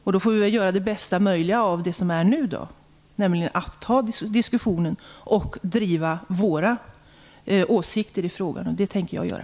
Vi får nu göra det bästa möjliga av hur det är, nämligen att ta diskussionen och driva våra åsikter i frågan, och det tänker jag göra.